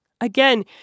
Again